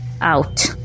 out